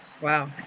Wow